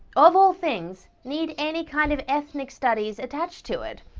of all things, need any kind of ethnic studies attached to it?